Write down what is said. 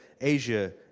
Asia